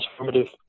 transformative